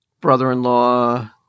brother-in-law